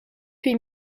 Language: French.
huit